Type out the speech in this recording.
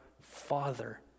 Father